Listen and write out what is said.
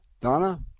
Donna